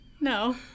no